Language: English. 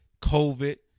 COVID